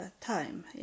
time